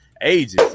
ages